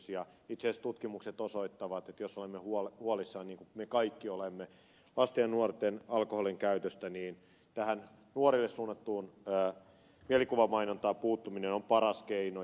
itse asiassa tutkimukset osoittavat että jos olemme huolissamme niin kuin me kaikki olemme lasten ja nuorten alkoholin käytöstä niin tähän nuorille suunnattuun mielikuvamainontaan puuttuminen on paras keino